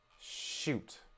shoot